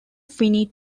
finite